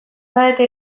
zarete